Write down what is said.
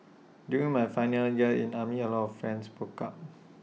during my final year in army A lot of friends broke up